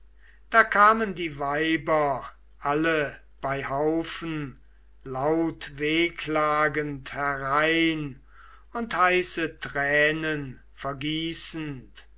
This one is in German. da kamen die weiber alle bei haufen lautwehklagend herein und heiße tränen vergießend